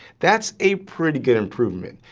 that's a pretty good improvement,